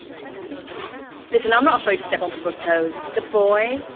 a fever. listen, i'm not afraid to step on peoples toes. the boy